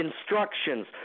instructions